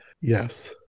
Yes